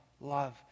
love